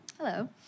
Hello